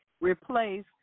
replace